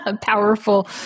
powerful